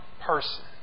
person